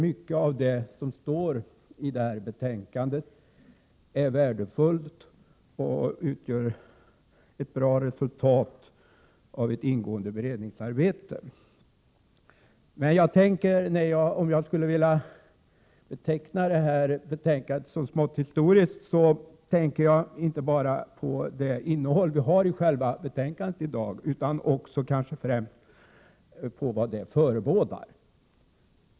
Mycket av det som står i betänkandet är värdefullt och är ett bra resultat av ett ingående beredningsarbete. Då jag vill beteckna betänkandet som smått historiskt tänker jag inte enbart på dess innehåll utan kanske främst på vad det förebådar.